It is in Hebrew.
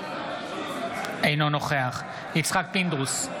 אינו נוכח יצחק פינדרוס,